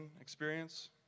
experience